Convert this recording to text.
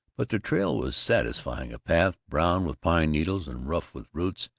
but the trail was satisfying a path brown with pine-needles and rough with roots,